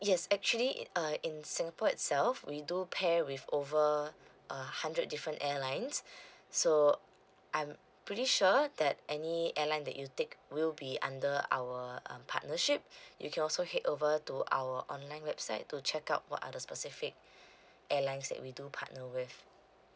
yes actually it uh in singapore itself we do pair with over a hundred different airlines so I'm pretty sure that any airline that you take will be under our um partnership you can also head over to our online website to check out what are the specific airlines that we do partner with